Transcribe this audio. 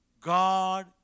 God